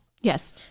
Yes